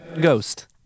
ghost